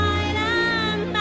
island